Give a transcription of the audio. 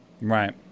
Right